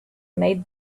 made